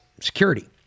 security